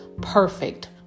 perfect